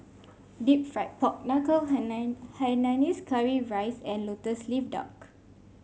deep fried Pork Knuckle Hainanese Curry Rice and lotus leaf duck